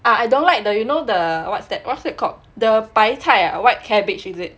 ah I don't like the you know the what's that what's that called the 白菜 the white cabbage is it